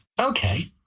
Okay